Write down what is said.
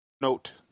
Note